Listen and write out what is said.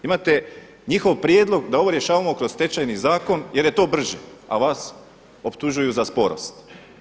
Imate njihov prijedlog da ovo rješavamo kroz Stečajni zakon jer je to brže, a vas optužuju za sporost.